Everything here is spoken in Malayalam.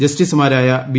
ജസ്റ്റിസുമാരായ ബി